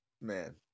Man